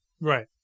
Right